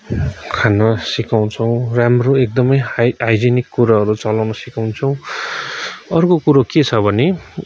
खान सिकाउँछौँ राम्रो एकदमै हाइ हाइजेनिक कुराहरू चलाउन सिकाउँछौँ अर्को कुरो के छ भने